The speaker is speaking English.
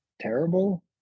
terrible